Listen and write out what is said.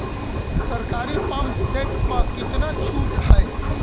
सरकारी pump set प कितना छूट हैं?